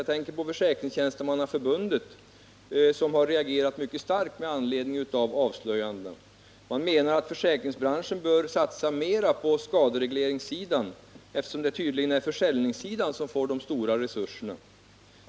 Jag tänker på att Försäkringstjänstemannaförbundet, som har reagerat mycket starkt med anledning av avslöjandena, har ansett att försäkringsbranschen bör satsa mera på skaderegleringssidan, eftersom det tydligen är försäljningssidan som får de stora resurserna.